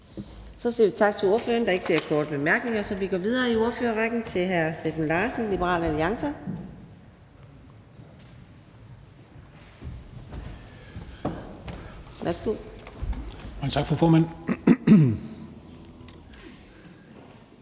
Så siger vi tak til ordføreren. Der er ikke flere korte bemærkninger, så vi går videre i ordførerrækken til hr. Steffen Larsen, Liberal Alliance. Værsgo. Kl. 14:32 (Ordfører)